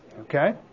Okay